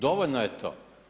Dovoljno je to.